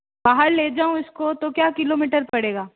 बाहर ले जाऊँ इसको तो क्या किलोमीटर पड़ेगा